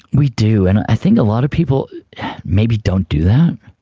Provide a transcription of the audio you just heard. we do, and i think a lot of people maybe don't do that.